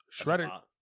Shredder